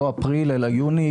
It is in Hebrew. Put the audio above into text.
לא אפריל אלא יוני,